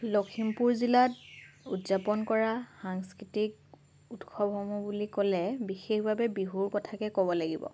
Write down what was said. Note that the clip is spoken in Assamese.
লখিমপুৰ জিলাত উদযাপন কৰা সাংস্কৃতিক উৎসৱসমূহ বুলি ক'লে বিশেষভাৱে বিহুৰ কথাকে ক'ব লাগিব